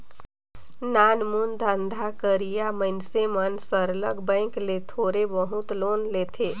नानमुन धंधा करइया मइनसे मन सरलग बेंक ले थोर बहुत लोन लेथें